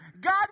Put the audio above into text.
God